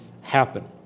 happen